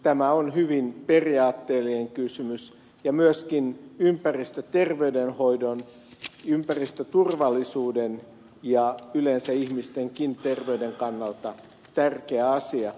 tämä on hyvin periaatteellinen kysymys myöskin ympäristöterveydenhoidon ympäristöturvallisuuden ja yleensä ihmistenkin terveyden kannalta tärkeä asia